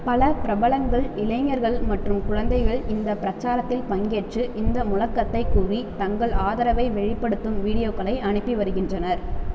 பல பிரபலங்கள் இளைஞர்கள் மற்றும் குழந்தைகள் இந்த பிரச்சாரத்தில் பங்கேற்று இந்த முழக்கத்தைக் கூறி தங்கள் ஆதரவை வெளிப்படுத்தும் வீடியோக்களை அனுப்பி வருகின்றனர்